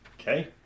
Okay